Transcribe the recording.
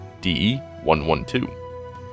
DE-112